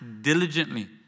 diligently